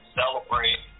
celebrate